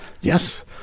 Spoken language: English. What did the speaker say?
yes